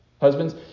husbands